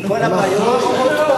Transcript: וכל הבעיות,